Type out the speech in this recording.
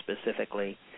specifically